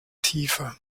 tiefe